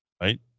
right